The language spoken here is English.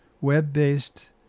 Web-based